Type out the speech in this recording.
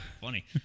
Funny